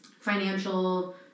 financial